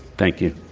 thank you.